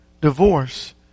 divorce